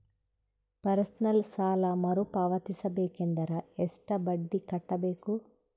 Personal ಸಾಲ ಮರು ಪಾವತಿಸಬೇಕಂದರ ಎಷ್ಟ ಬಡ್ಡಿ ಕಟ್ಟಬೇಕು?